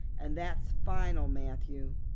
and that's final, matthew.